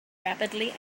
rapidly